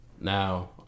Now